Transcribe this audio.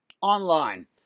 online